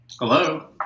Hello